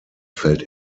fällt